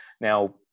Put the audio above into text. Now